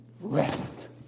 rest